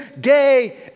day